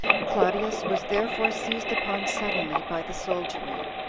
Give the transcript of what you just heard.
claudius was therefore seized upon suddenly by the soldiery.